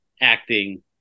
acting